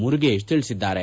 ಮುರುಗೇಶ್ ತಿಳಿಸಿದ್ದಾರೆ